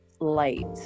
light